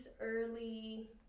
early